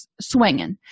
swinging